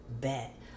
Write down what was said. bet